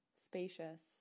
spacious